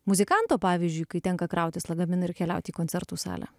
muzikanto pavyzdžiui kai tenka krautis lagaminą ir keliaut į koncertų salę